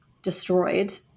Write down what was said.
destroyed